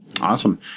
Awesome